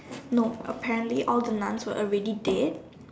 no apparently all the nuns were already dead